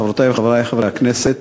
חברותי וחברי חברי הכנסת,